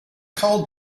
called